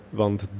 want